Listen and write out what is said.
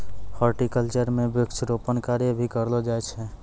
horticulture म वृक्षारोपण कार्य भी करलो जाय छै